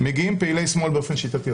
מגיעים פעילי שמאל באופן שיטתי.